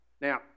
Now